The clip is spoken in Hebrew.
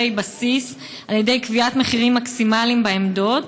בסיס על ידי קביעת מחירים מקסימליים בעמדות,